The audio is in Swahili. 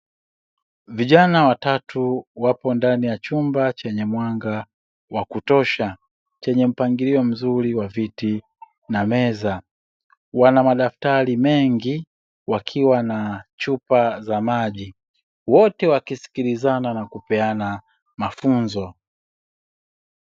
Vijana watatu wapo ndani ya chumba chenye mwanga wa kutosha, chenye mpangilio mzuri wa viti na meza. Wana madaftari mengi wakiwa na chupa za maji, wote wakisikilizana na kupeana mafunzo.